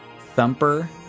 thumper